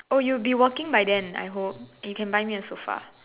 oh you'd be working by then I hope you can buy me a sofa